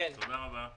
תודה רבה.